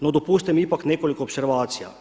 No dopustite mi ipak nekoliko opservacija.